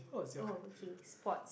oh okay sports